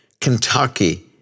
Kentucky